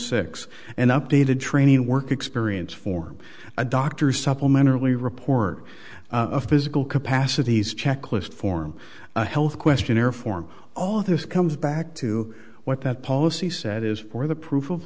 six and updated training work experience for a doctor supplementary report a physical capacities checklist form health questionnaire form authors comes back to what that policy set is for the proof of